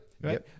Right